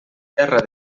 terra